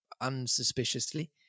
unsuspiciously